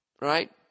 Right